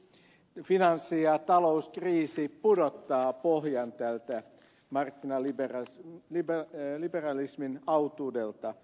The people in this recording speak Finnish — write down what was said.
tosin nyt finanssi ja talouskriisi pudottaa pohjan tältä markkinaliberalismin autuudelta